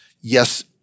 Yes